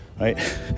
right